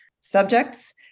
subjects